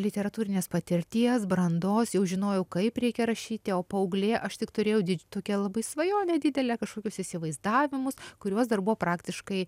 literatūrinės patirties brandos jau žinojau kaip reikia rašyti o paauglė aš tik turėjau tokią labai svajonę didelę kažkokius įsivaizdavimus kuriuos dar buvo praktiškai